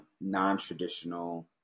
non-traditional